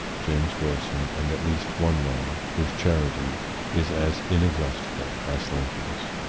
james wilson, and at least one man whose charity is as inex haustible as lincoln's.